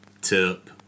tip